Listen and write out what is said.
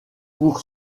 pour